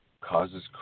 causes